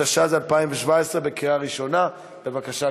התשע"ז 2017. בבקשה,